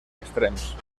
extrems